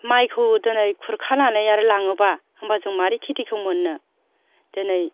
माइखौ दोनै खुरखानानै आरो लाङोबा होमबा जों मारै खेथिखौ मोन्नो दोनै